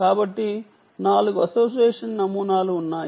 కాబట్టి 4 అసోసియేషన్ నమూనాలు ఉన్నాయి